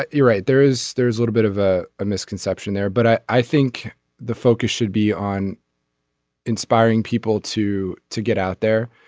but you're right there is there is a little bit of ah a misconception there but i i think the focus should be on inspiring people to to get out there.